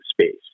space